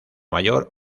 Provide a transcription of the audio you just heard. mayor